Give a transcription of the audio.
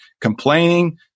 Complaining